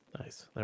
Nice